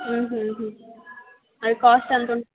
అది కాస్ట్ ఎంత ఉం